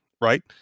right